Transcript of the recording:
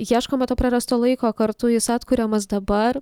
ieškoma to prarasto laiko kartu jis atkuriamas dabar